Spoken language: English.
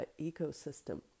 ecosystem